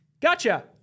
gotcha